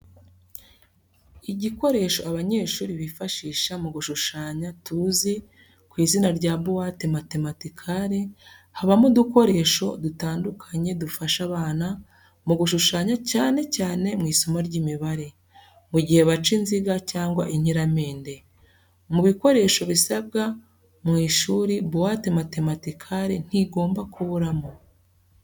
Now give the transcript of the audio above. Igikoresho abanyeshuli bifashisha mu gushushanya tuzi ku izina rya buwate matematikare, habamo udukoresho dutandukanye dufasha abana mu gushushanya cyane cyane mu isomo ry'imibare, mu gihe baca inziga cyangwa inkiramende. Mu bikoresho bisabwa mu ishuri buwate matematikari ntigomba kuburamo.